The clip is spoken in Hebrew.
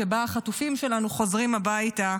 שבה החטופים שלנו חוזרים הביתה,